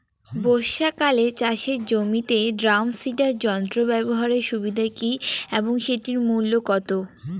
বর্ষাকালে চাষের জমিতে ড্রাম সিডার যন্ত্র ব্যবহারের সুবিধা কী এবং সেটির মূল্য কত?